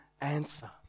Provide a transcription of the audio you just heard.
answer